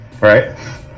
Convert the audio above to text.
right